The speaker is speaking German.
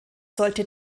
sollte